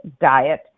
diet